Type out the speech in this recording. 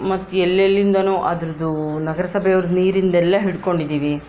ಮತ್ತು ಎಲ್ಲೆಲ್ಲಿಂದನೋ ಅದರದ್ದು ನಗರಸಭೆ ಅವರದು ನೀರಿನದೆಲ್ಲ ಹಿಡ್ಕೊಂಡಿದ್ದೀವಿ